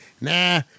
nah